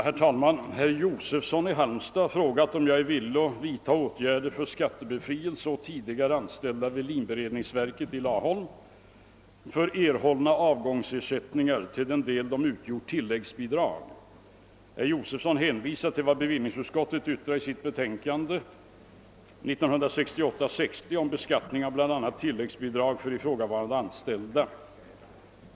Herr talman! Herr Josefsson i Halmstad har frågat mig om jag är villig att vidta åtgärder för skattebefrielse åt tidigare anställda vid linberedningsverket i Laholm för erhållna avgångsersättningar till den del de utgjort tillläggsbidrag. Herr Josefsson hänvisar till vad bevillningsutskottet yttrat i sitt betänkande 1968:60 om beskattningen av bl.a. tilläggsbidragen till ifrågavarande anställda.